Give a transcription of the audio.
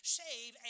save